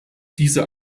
diese